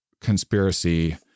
conspiracy